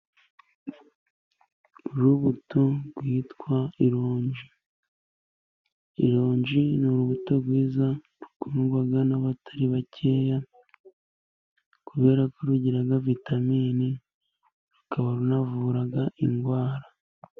Urubuto rwitwa ironji, ironji ni urubuto rwiza rukundwa n'abatari bakeya, kubera ko rugira vitamine rukaba runavura indwara.